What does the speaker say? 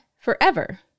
forever